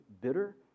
bitter